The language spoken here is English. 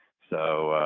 so